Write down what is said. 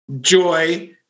joy